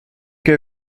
que